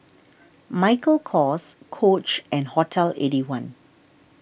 Michael Kors Coach and Hotel Eighty One